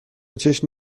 چشم